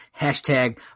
hashtag